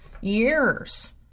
years